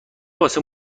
واسه